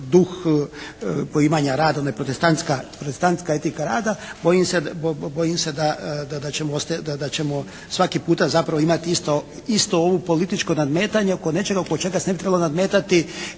duh poimanja rada, ona protestantska etika rada bojim se da ćemo svaki puta zapravo imati isto ovo političko nadmetanje oko nečega oko čega se ne bi trebalo nadmetati